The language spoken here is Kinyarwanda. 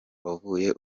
wavuze